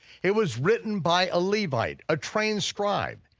it was written by a levite, a trained scribe.